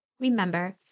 Remember